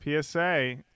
PSA